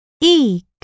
Eek